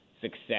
success